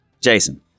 Jason